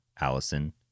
Allison